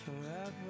forever